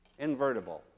invertible